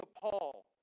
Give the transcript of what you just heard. Paul